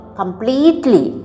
completely